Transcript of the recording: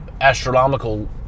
astronomical